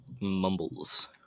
mumbles